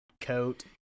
coat